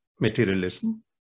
materialism